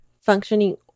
functioning